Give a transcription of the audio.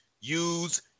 use